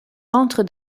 rentre